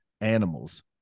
animals